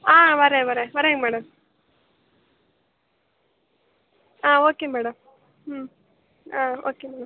ஆ வரேன் வரேன் வரேங்க மேடம் ஆ ஓகே மேடம் ம் ஆ ஓகே மேடம்